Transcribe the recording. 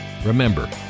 Remember